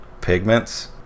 pigments